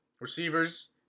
Receivers